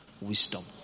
wisdom